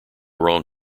wrong